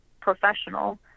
professional